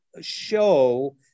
show